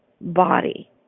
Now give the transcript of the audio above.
body